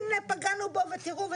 הנה פגענו בו ותראו,